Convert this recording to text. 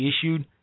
issued